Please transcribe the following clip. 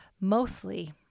mostly